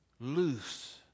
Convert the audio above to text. Loose